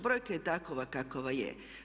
Brojka je takva kakva je.